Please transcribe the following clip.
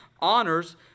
honors